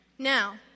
Now